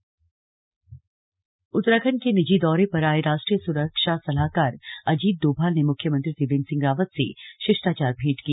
slug CM Doval मुलाकात उत्तराखंड के निजी दौरे पर आए राश्ट्रीय सुरक्षा सलाहकार अजीत डोभाल ने मुख्यमंत्री त्रिवेन्द्र सिंह रावत से शिष्टाचार भेंट की